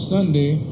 Sunday